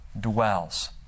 dwells